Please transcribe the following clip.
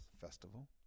Festival